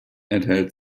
enthält